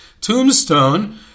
tombstone